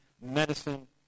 medicine